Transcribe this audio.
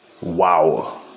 Wow